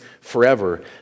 forever